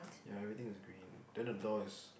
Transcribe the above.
ya everything is green then the door is